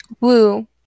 Woo